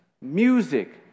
music